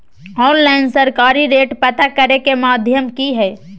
Online सरकारी rate पता करे के माध्यम की हय?